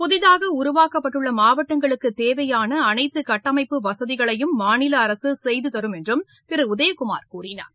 புதிதாக உருவாக்கப்பட்டுள்ள மாவட்டங்களுக்கு தேவையான அனைத்து கட்டமைப்பு வசதிகளையும் மாநில அரசு செய்து தரும் என்று திரு உதயகுமார் கூறினார்